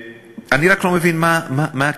אני רק לא מבין מה הכעסים.